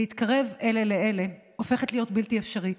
להתקרב אלה לאלה, הופכת להיות בלתי אפשרית.